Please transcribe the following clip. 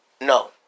No